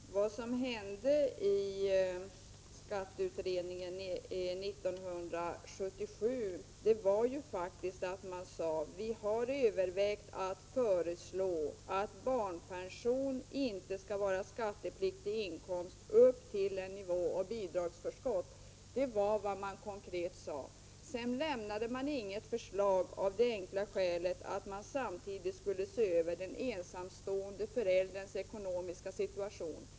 Herr talman! Vad som hände i skatteutredningen 1977 var faktiskt att man sade sig ha övervägt att föreslå att barnpensionen inte skall vara skattepliktig inkomst upp till nivån för bidragsförskott. Men sedan lämnade man inget förslag av det enkla skälet att man samtidigt skulle se över den ensamstående förälderns ekonomiska situation.